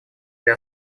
для